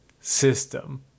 system